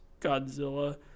Godzilla